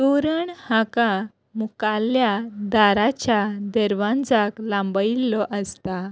तोरण हाका मुखाल्ल्या दाराच्या दर्वांजाक लांबयल्लो आसता